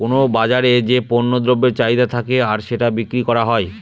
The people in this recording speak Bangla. কোনো বাজারে যে পণ্য দ্রব্যের চাহিদা থাকে আর সেটা বিক্রি করা হয়